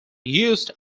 used